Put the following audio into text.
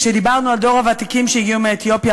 כשדיברנו על דור הוותיקים שהגיעו מאתיופיה,